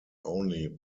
only